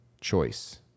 choice